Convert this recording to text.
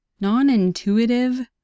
Non-intuitive